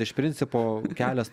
iš principo kelias